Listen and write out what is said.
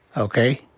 okay,